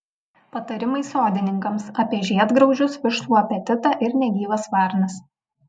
patarimai sodininkams apie žiedgraužius vištų apetitą ir negyvas varnas